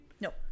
no